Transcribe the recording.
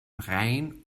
rhein